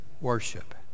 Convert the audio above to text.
worship